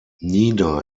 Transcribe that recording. nina